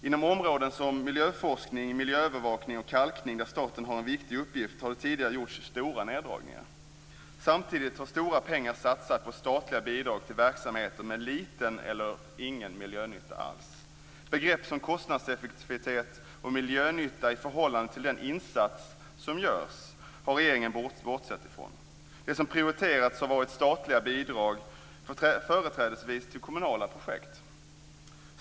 Inom områden som miljöforskning, miljöövervakning och kalkning, där staten har en viktig uppgift, har det tidigare gjorts stora neddragningar. Samtidigt har stora pengar satsats på statliga bidrag till verksamheter med liten eller ingen miljönytta alls. Begrepp som kostnadseffektivitet och miljönytta i förhållande till den insats som görs har regeringen bortsett ifrån. Det som prioriterats har varit statliga bidrag, företrädesvis till kommunala projekt.